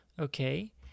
Okay